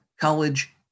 college